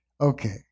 Okay